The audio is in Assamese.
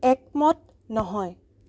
একমত নহয়